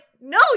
No